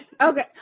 Okay